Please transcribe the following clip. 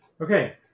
okay